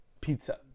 pizza